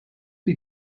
die